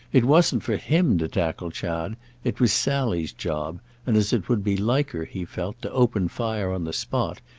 it wasn't for him to tackle chad it was sally's job and as it would be like her, he felt, to open fire on the spot,